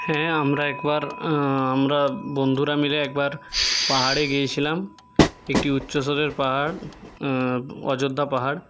হ্যাঁ আমরা একবার আমরা বন্ধুরা মিলে একবার পাহাড়ে গিয়েছিলাম একটি উচ্চস্তরের পাহাড় অযোধ্যা পাহাড়